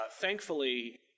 Thankfully